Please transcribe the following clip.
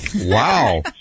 Wow